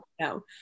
no